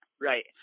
right